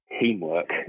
teamwork